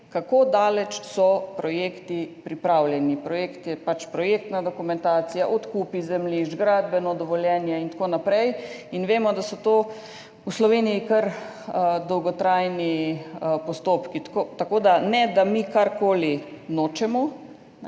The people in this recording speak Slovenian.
kako daleč so projekti pripravljeni. Projekt je pač projektna dokumentacija, odkupi zemljišč, gradbeno dovoljenje in tako naprej. Vemo, da so to v Sloveniji kar dolgotrajni postopki. Tako da ne da mi česarkoli nočemo,